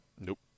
Nope